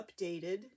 updated